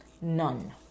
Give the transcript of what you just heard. None